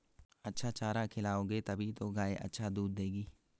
अच्छा चारा खिलाओगे तभी तो गाय अच्छा दूध देगी